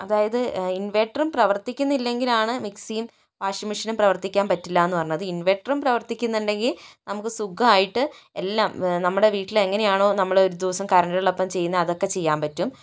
അതായത് ഇൻവെർട്ടറും പ്രവർത്തിക്കുന്നില്ലെങ്കിൽ ആണ് മിക്സിയും വാഷിങ്മെഷീനും പ്രവർത്തിക്കാൻ പറ്റില്ല എന്ന് പറഞ്ഞത് ഇൻവെർട്ടറും പ്രവർത്തിക്കുന്നുണ്ടെങ്കിൽ നമുക്ക് സുഖായിട്ട് എല്ലാം നമ്മുടെ വീട്ടില് എങ്ങനെയാണോ നമ്മള് ഒരു ദിവസം കറണ്ട് ഉള്ളപ്പം ചെയ്യുന്നത് അതൊക്കെ ചെയ്യാൻ പറ്റും